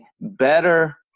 better